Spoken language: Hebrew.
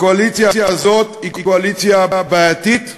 הקואליציה הזאת היא קואליציה בעייתית,